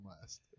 last